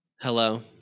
Hello